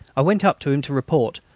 i went up to him to report,